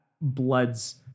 blood's